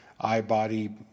eye-body